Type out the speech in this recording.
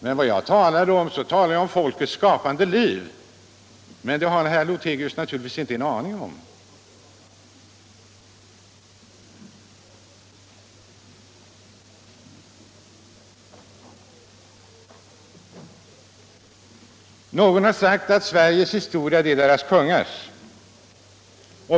Men vad jag talade om var folkets skapande liv, och det har herr Lothigius naturligtvis inte en aning om. Någon har sagt att Sveriges historia är dess kungars.